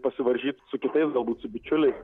pasivaržyt su kitais galbūt su bičiuliais